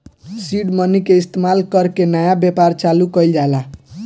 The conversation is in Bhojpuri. सीड मनी के इस्तमाल कर के नया व्यापार चालू कइल जाला